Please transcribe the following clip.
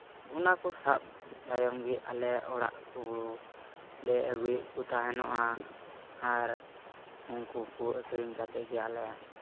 ᱚᱱᱟ ᱠᱚ ᱥᱟᱵ ᱛᱟᱭᱚᱢ ᱜᱮ ᱟᱞᱮ ᱚᱲᱟᱜ ᱠᱚ ᱞᱮ ᱟᱹᱜᱩᱭᱮᱫ ᱠᱚ ᱛᱟᱦᱮᱱᱚᱜᱼᱟ ᱟᱨ ᱩᱱᱠᱩ ᱠᱚ ᱟᱹᱠᱷᱨᱤᱧ ᱠᱟᱛᱮᱫ ᱜᱮ ᱟᱞᱮ